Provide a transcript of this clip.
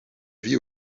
vie